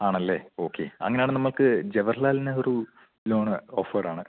ആണല്ലേ ഓക്കെ അങ്ങനാണെ നമുക്ക് ജവഹർ ലാൽ നെഹ്റു ലോണ് ഓഫേഡ് ആണ്